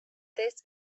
this